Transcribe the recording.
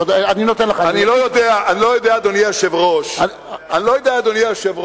למה היושב-ראש מתעסק בקטנות.